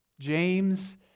James